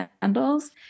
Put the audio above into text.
candles